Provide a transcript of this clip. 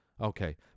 Okay